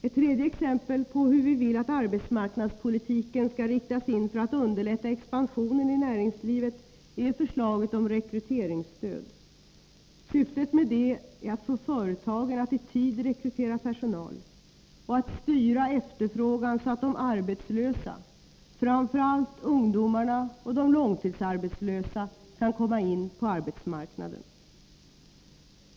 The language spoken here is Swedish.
Ett tredje exempel på hur vi vill att arbetsmarknadspolitiken skall riktas in för att underlätta expansionen i näringslivet är förslaget om rekryteringsstöd. Syftet med det är att få företagen att i tid rekrytera personal och att styra efterfrågan så att de arbetslösa, framför allt ungdomarna och de långtidsarbetslösa, skall komma in på arbetsmarknaden.